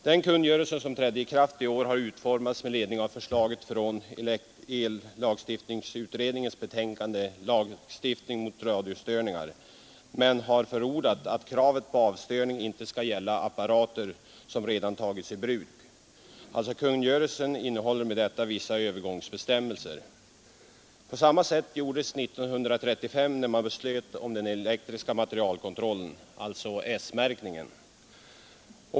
Den kungörelse som trädde i kraft i år har utformats med ledning av förslaget från ellagstiftningsutredningens betänkande Lagstiftning mot radiostörningar, men det har förordats att kravet på avstörning inte skulle gälla apparater som redan tagits i bruk. Kungörelsen innehåller i och med detta vissa övergångsbestämmelser. På samma sätt gjordes 1935 när man beslöt om den elektriska materielkontrollen, alltså S-märkning.